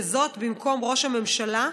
וזאת במקום ראש הממשלה,